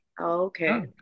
Okay